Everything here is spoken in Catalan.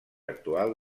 actual